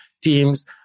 Teams